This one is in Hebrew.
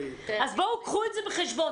אז קחו את זה בחשבון.